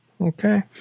Okay